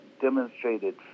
demonstrated